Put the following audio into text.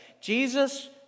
Jesus